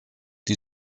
die